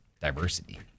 diversity